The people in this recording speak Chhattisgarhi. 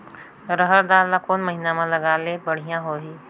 रहर दाल ला कोन महीना म लगाले बढ़िया होही?